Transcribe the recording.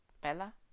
Bella